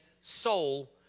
soul